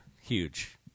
Huge